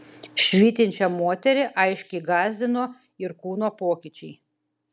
švytinčią moterį aiškiai gąsdino ir kūno pokyčiai